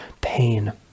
pain